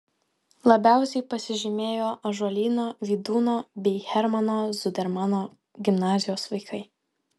labiausiai pasižymėjo ąžuolyno vydūno bei hermano zudermano gimnazijos vaikai